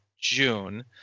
June